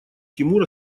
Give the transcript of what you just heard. тимур